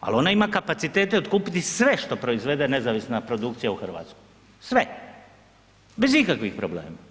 al ona ima kapacitete otkupiti sve što proizvede nezavisna produkcija u RH, sve bez ikakvih problema